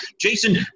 Jason